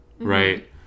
right